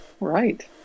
right